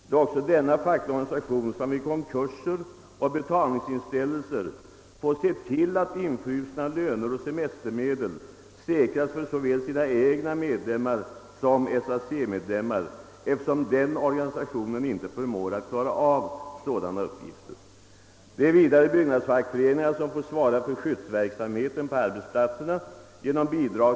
Det är också denna fackliga organisation som vid konkurser och betalningsinställelser får se till att infrusna löner och semestermedel säkras för såväl egna medlemmar som SAC-medlemmar — SAC förmår inte klara detta. Det är vidare byggnadsfackföreningarna som får svara för skyddsverksåmheten på arbetsplatserna genom bidrag.